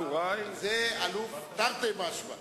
דניאל בן-סימון: תחזור לערכים האישיים שלך,